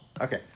Okay